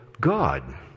God